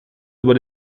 über